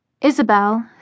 Isabel